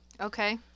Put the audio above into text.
Okay